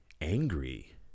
angry